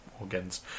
organs